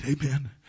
Amen